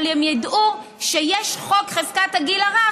אבל הם ידעו שיש חוק חזקת הגיל הרך,